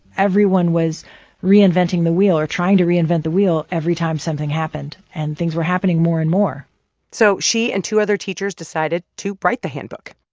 everyone was reinventing the wheel or trying to reinvent the wheel every time something happened, and things were happening more and more so she and two other teachers decided to write the handbook.